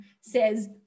says